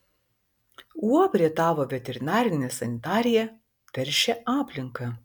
uab rietavo veterinarinė sanitarija teršė aplinką